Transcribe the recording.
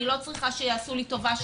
אני לא צריכה שיעשו לי טובה שמתקינים,